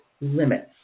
limits